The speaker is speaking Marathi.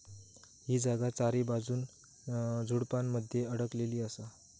ही जागा चारीबाजून झुडपानमध्ये अडकलेली असा